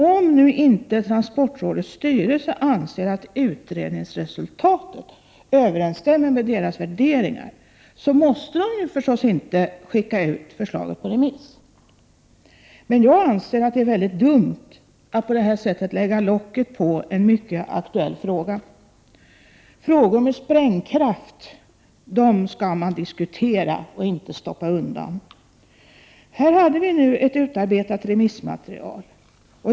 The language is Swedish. Om nu inte transportrådets styrelse anser att utredningsresultatet överensstämmer med dess egna värderingar, är man förstås inte tvungen att skicka ut förslaget på remiss, men jag anser att det är väldigt dumt att på det 43 sättet lägga locket på en mycket aktuell fråga. Frågor med sprängkraft skall man diskutera, inte stoppa undan. Här hade vi ett utarbetat remissmaterial.